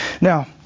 Now